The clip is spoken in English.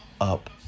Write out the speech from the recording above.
up